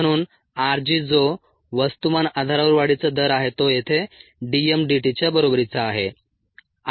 म्हणून r g जो वस्तुमान आधारावर वाढीचा दर आहे तो येथे d m dt च्या बरोबरीचा आहे